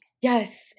Yes